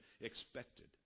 expected